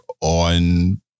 on